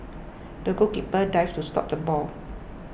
the goalkeeper dived to stop the ball